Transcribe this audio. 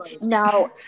no